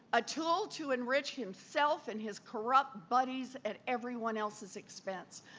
a tool to enrich himself and his corrupt buddies at everyone else's expense.